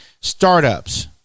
startups